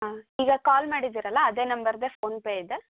ಹಾಂ ಈಗ ಕಾಲ್ ಮಾಡಿದ್ದೀರಲ್ಲಾ ಅದೇ ನಂಬರ್ದೇ ಪೋನ್ಪೇ ಇದೆ